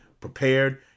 Prepared